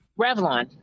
Revlon